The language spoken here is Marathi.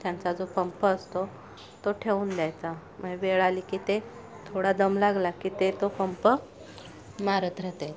त्यांचा जो पंप असतो तो ठेवून द्यायचा म्हणजे वेळ आली की ते थोडा दम लागला की ते तो पंप मारत राहातं आहे